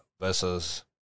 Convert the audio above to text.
versus